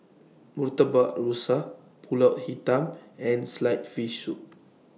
Murtabak Rusa Pulut Hitam and Sliced Fish Soup